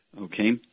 Okay